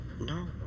No